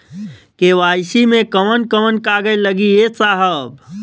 KYC मे कवन कवन कागज लगी ए साहब?